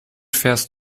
fährst